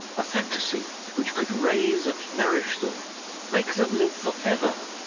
a fantasy which could raise and nourish them make them live for ever!